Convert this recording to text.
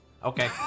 Okay